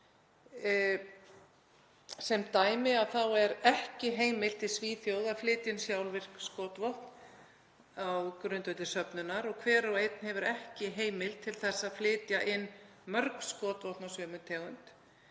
Sem dæmi þá er ekki heimilt í Svíþjóð að flytja inn sjálfvirk skotvopn á grundvelli söfnunar og hver og einn hefur ekki heimild til þess að flytja inn mörg skotvopn af sömu tegund.